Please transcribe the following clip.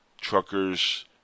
Truckers